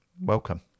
welcome